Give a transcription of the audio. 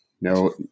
No